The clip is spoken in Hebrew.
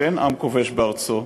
שאין עם כובש בארצו,